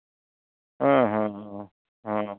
ᱦᱮᱸ ᱦᱮᱸ ᱦᱮᱸ ᱦᱮᱸ